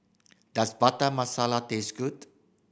does Butter Masala taste good